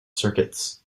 circuits